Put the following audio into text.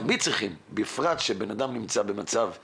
תמיד צריכים, בפרט שאדם נמצא במצב נפשי,